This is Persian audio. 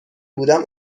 بودم